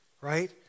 right